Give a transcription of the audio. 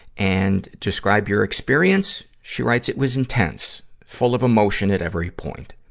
and describe your experience, she writes, it was intense. full of emotion at every point.